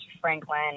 Franklin